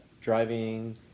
Driving